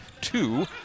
two